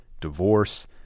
divorce